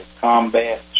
Combat